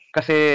Kasi